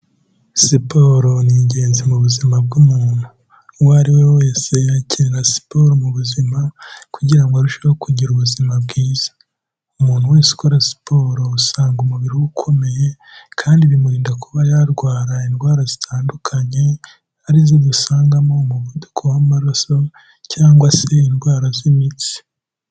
Siporo ni ingenzi mu buzima bw'umuntu, uwo ari we wese yakenera siporo mu buzima kugirango arusheho kugira ubuzima bwiza. Umuntu wese ukora siporo usanga umubiri we ukomeye kandi bimurinda kuba yarwara indwara zitandukanye arizo dusangamo umuvuduko w'amaraso cyangwa se indwara z'imitsi.